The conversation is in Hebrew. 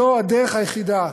זו הדרך היחידה,